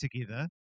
together